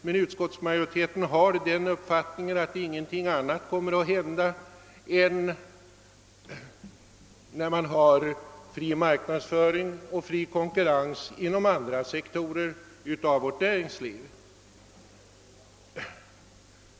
Men utskottsmajoriteten har den uppfattningen att ingenting annat kommer att hända än vad som har hänt inom andra sektorer av vårt näringsliv, där man har fri marknadsföring och fri konkurrens.